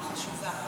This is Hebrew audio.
הודעה חשובה.